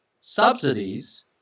subsidies